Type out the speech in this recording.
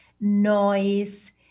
noise